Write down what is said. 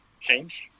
change